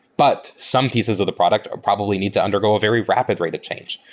but some pieces of the product probably need to undergo a very rapid rate of change,